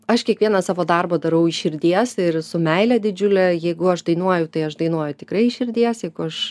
aš kiekvieną savo darbą darau iš širdies ir su meile didžiule jeigu aš dainuoju tai aš dainuoju tikrai iš širdies jeigu aš